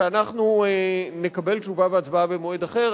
שאנחנו נקבל תשובה והצבעה במועד אחר.